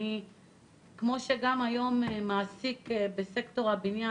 כמו שגם היום מעסיק בסקטור הבניין,